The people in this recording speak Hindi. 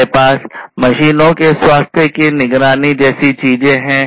हमारे पास मशीनों के स्वास्थ्य की निगरानी जैसी चीजें हैं